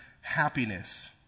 happiness